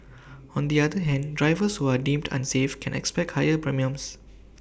on the other hand drivers who are deemed unsafe can expect higher premiums